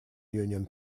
union